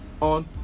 on